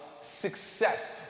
success